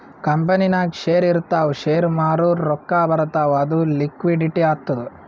ಕಂಪನಿನಾಗ್ ಶೇರ್ ಇರ್ತಾವ್ ಶೇರ್ ಮಾರೂರ್ ರೊಕ್ಕಾ ಬರ್ತಾವ್ ಅದು ಲಿಕ್ವಿಡಿಟಿ ಆತ್ತುದ್